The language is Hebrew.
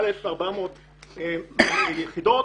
מעל 1,400 יחידות,